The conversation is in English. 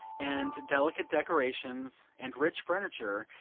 and delicate decorations, and rich furniture,